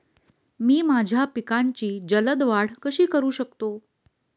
मी माझ्या पिकांची जलद वाढ कशी करू शकतो?